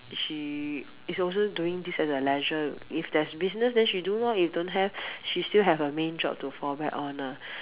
she is also doing this as a leisure if there's business then she do lor if don't have she still have her main job to fall back on lah